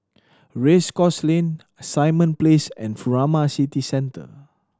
Race Course Lane Simon Place and Furama City Centre